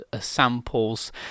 samples